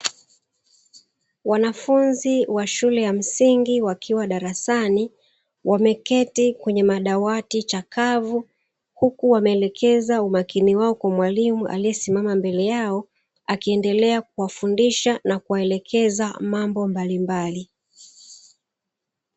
Wanafunzi wa shule ya msingi wakiwa darasani wameketi kwenye madawati chakavu, huku wameelekeza umakini wao kwa mwalimu aliyesimama mbele yao, akiendelea kuwafundisha na kuwaelekeza mambo mbalimbali.